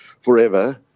forever